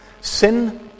Sin